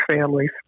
families